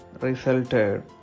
resulted